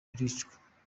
baricwa